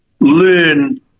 learn